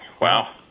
Wow